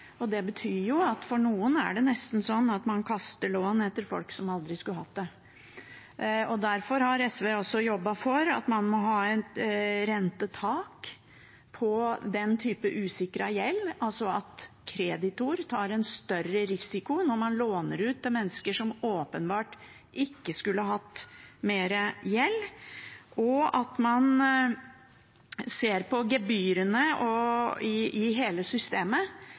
Det betyr at noen nesten kaster lån etter folk som aldri skulle hatt det. Derfor har SV også jobbet for at man må ha et rentetak på den typen usikret gjeld, altså at kreditor tar en større risiko når man låner ut til mennesker som åpenbart ikke skulle hatt mer gjeld, og at man ser på gebyrene i hele systemet,